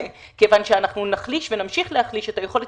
כיוון שאנחנו נחליש ונמשיך להחליש את היכולת